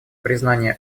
признание